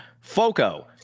Foco